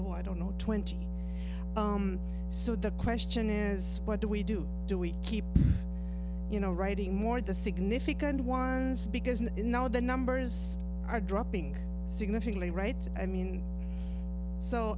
or i don't know twenty so the question is what do we do do we keep you know writing more the significand wires because in now the numbers are dropping significantly right i mean so